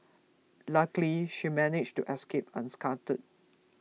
luckily she managed to escape unscathed